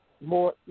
more